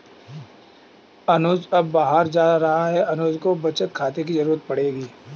अनुज अब बाहर जा रहा है अनुज को बचत खाते की जरूरत पड़ेगी